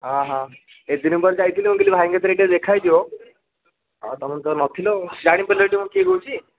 ଅହ ଏତେ ଦିନ ପରେ ଯାଇଥିଲି ମୁଁ କହିଲି ଭାଇଙ୍କ ସାଙ୍ଗେ ଟିକିଏ ଦେଖା ହେଇଯିବ ଆଉ ତୁମେ ତ ନଥିଲ ଆଉ ଜାଣିପାରିଲଟି ମୁଁ କିଏ କହୁଛି